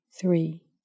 three